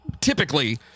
typically